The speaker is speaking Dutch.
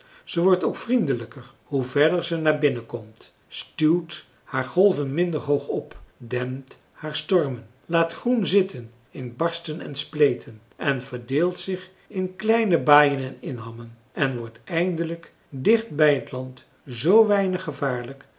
ze wordt ook vriendelijker hoe verder ze naar binnen komt stuwt haar golven minder hoog op dempt haar stormen laat groen zitten in barsten en spleten en verdeelt zich in kleine baaien en inhammen en wordt eindelijk dicht bij t land z weinig gevaarlijk